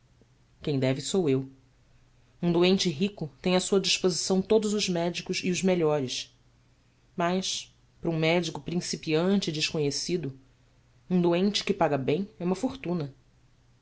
quem deve sou eu um doente rico tem à sua disposição todos os médicos e os melhores mas para um médico principiante e desconhecido um doente que paga bem é uma fortuna